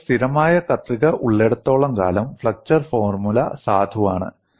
നിങ്ങൾക്ക് സ്ഥിരമായ കത്രിക ഉള്ളിടത്തോളം കാലം ഫ്ലെക്ചർ ഫോർമുല സാധുവാണ്